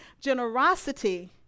Generosity